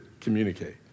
communicate